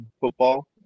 football